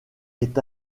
est